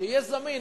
שיהיה זמין.